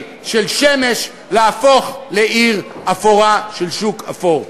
של שמש להפוך לעיר אפורה של שוק אפור.